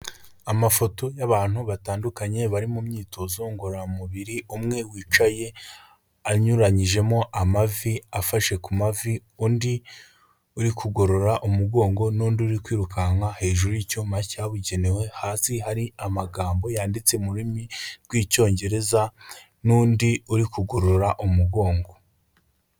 Amafoto y'abantu batandukanye bari mu myitozo ngororamubiri, umwe wicaye anyuranyijemo amavi afashe ku mavi, undi uri kugorora umugongo n'undi uri kwirukanka hejuru y'icyuma cyabugenewe, hasi hari amagambo yanditse rurimi rw'icyongereza n'undi uri kugorora umugongo.